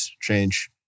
change